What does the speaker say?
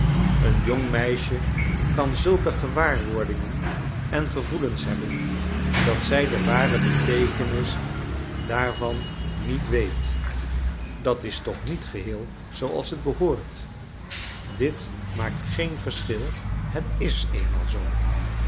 een jong meisje kan zulke gewaarwordingen en gevoelens hebben dat zij de ware beteekenis daarvan niet weet dat is toch niet geheel zooals het behoort dit maakt geen verschil het is eenmaal zoo